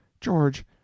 George